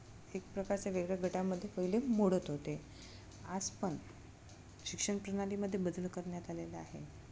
एक प्रकारच्या वेगळ्या गटामध्ये पहिले मोडत होते आज पण शिक्षण प्रणालीमध्ये बदल करण्यात आलेला आहे